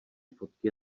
fotky